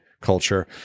culture